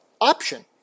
option